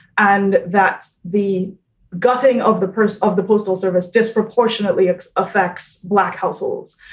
and that's the gutting of the powers of the postal service disproportionately affects black households.